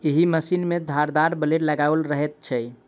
एहि मशीन मे धारदार ब्लेड लगाओल रहैत छै